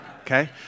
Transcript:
okay